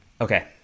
okay